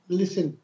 listen